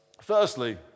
Firstly